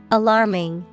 alarming